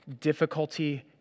difficulty